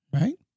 right